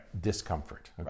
discomfort